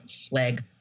flag